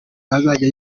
azajya